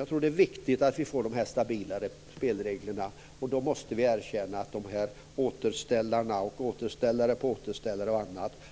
Jag tror att det är viktigt att vi får stabilare spelregler, och då måste vi erkänna att återställarna och återställarna av återställarna